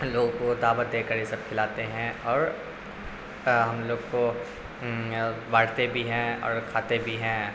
لوگوں کو دعوت دے کر یہ سب کھلاتے ہیں اور ہم لوگ کو بانٹتے بھی ہیں اور کھاتے بھی ہیں